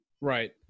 right